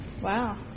Wow